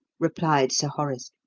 replied sir horace.